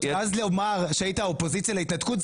ואז לומר שהיית אופוזיציה להתנתקות,